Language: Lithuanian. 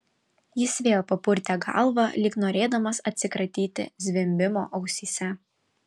jis vėl papurtė galvą lyg norėdamas atsikratyti zvimbimo ausyse